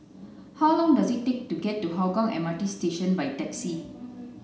how long does it take to get to Hougang M R T Station by taxi